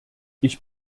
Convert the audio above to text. ich